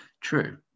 True